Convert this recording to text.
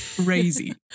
crazy